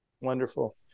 Wonderful